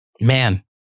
Man